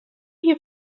here